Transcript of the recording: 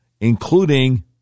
including